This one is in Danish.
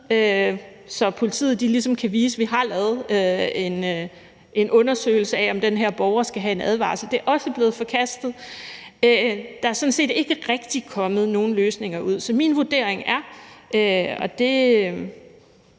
så politiet ligesom kan vise, at de har lavet en undersøgelse af, om den her borger skal have en advarsel. Det er også blevet forkastet. Der er sådan set ikke rigtig kommet nogen løsninger ud. Så min vurdering er sådan